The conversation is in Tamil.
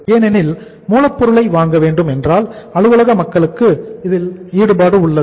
ஏனெனில் மூலப்பொருளை வாங்க வேண்டும் என்றால் அலுவலக மக்களும் இதில் ஈடுபடுகிறார்கள்